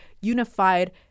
unified